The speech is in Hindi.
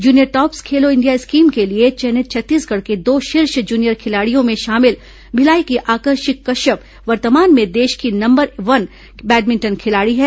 junior TOPS Khelo India scheme के लिए चयनित छत्तीसगढ़ के दो शीर्ष जूनियर खिलाड़ियों में शामिल भिलाई की आकर्षि कश्यप वर्तमान में देश की नंबर एक बैडमिंटन खिलाड़ी है